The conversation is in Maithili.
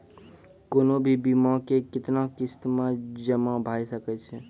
कोनो भी बीमा के कितना किस्त मे जमा भाय सके छै?